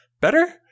better